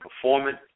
performance